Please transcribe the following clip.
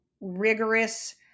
rigorous